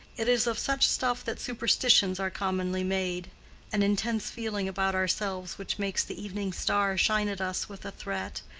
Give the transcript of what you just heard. it is of such stuff that superstitions are commonly made an intense feeling about ourselves which makes the evening star shine at us with a threat,